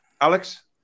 Alex